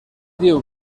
diu